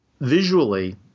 visually